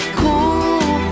cool